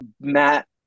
matt